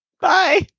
bye